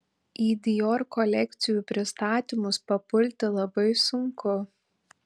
į dior kolekcijų pristatymus papulti labai sunku